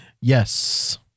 Yes